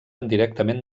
directament